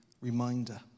reminder